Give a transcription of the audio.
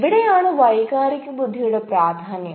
ഇവിടെയാണ് വൈകാരിക ബുദ്ധിയുടെ പ്രാധാന്യം